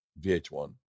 vh1